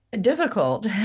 difficult